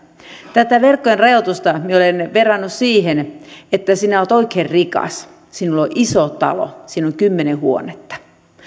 tätä verkkojen rajoitusta minä olen verrannut siihen että sinä olet oikein rikas sinulla on iso talo siinä on kymmenen huonetta